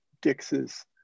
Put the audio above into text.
Dix's